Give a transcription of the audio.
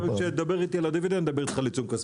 שידבר איתי על הדיבידנד נדבר על עיצום כספי.